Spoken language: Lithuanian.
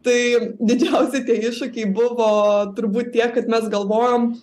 tai didžiausi tie iššūkiai buvo turbūt tiek kad mes galvojom